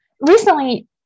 recently